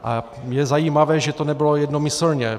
A je zajímavé, že to nebylo jednomyslně.